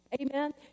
Amen